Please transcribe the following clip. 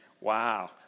Wow